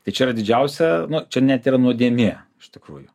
tai čia yra didžiausia nu čia net yra nuodėmė iš tikrųjų